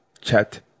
chat